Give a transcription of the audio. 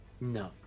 No